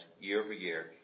year-over-year